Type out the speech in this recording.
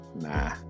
nah